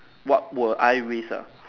what will I risk ah